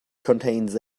contains